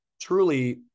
truly